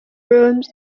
rooms